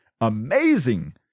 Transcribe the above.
amazing